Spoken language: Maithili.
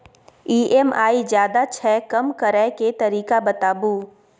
ई.एम.आई ज्यादा छै कम करै के तरीका बताबू?